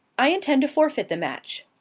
i intend to forfeit the match.